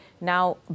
Now